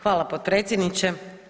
Hvala potpredsjedniče.